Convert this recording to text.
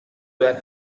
were